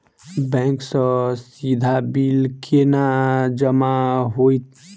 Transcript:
Bank सँ सीधा bill केना जमा होइत?